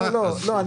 אני